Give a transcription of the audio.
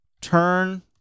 turn